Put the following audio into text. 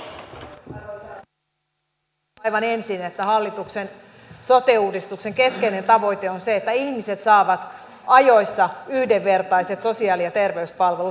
totean aivan ensin että hallituksen sote uudistuksen keskeinen tavoite on se että ihmiset saavat ajoissa yhdenvertaiset sosiaali ja terveyspalvelut